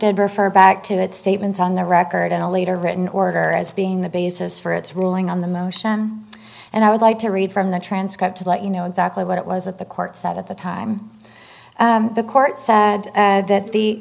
did refer back to it statements on the record in a later written order as being the basis for its ruling on the motion and i would like to read from the transcript to let you know exactly what it was that the court said at the time the court said that the